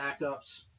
backups